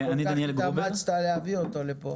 כל כך התאמצת להביא אותו לפה.